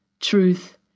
truth